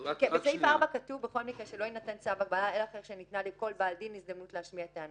כתוב ממילא שבית הדין צריך לקחת בחשבון